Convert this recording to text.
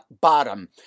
bottom